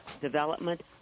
development